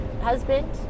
husband